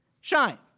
Shine